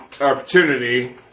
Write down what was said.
opportunity